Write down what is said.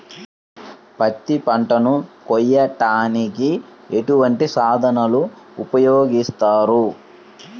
పత్తి పంటను కోయటానికి ఎటువంటి సాధనలు ఉపయోగిస్తారు?